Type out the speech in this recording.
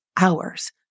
hours